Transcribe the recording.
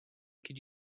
could